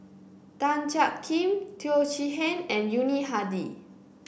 Tan Jiak Kim Teo Chee Hean and Yuni Hadi